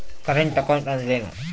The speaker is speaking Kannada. ಕರೆಂಟ್ ಅಕೌಂಟ್ ಅಂದರೇನು?